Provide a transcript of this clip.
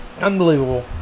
Unbelievable